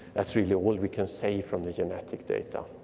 that's really all we can say from the genetic data.